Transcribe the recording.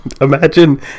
imagine